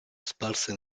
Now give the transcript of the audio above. sparse